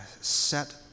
set